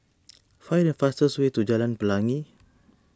find the fastest way to Jalan Pelangi